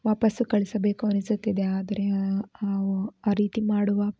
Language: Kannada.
ವಾಪಸ್ಸು ಕಳಿಸಬೇಕು ಅನಿಸುತ್ತಿದೆ ಆದರೆ ಆ ಆ ಆ ರೀತಿ ಮಾಡುವ